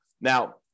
Now